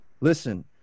listen